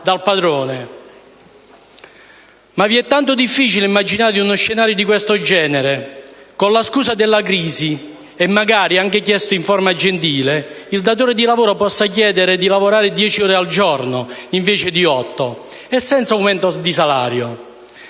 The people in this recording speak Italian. Vi è tanto difficile immaginare uno scenario di questo genere? Con la scusa della crisi, e magari anche con modi gentili, il datore di lavoro può chiedere di lavorare dieci ore al giorno, invece di otto, e senza aumento di salario.